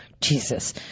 Jesus